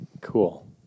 Cool